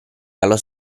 allo